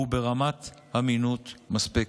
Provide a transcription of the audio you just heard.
והוא ברמת אמינות מספקת.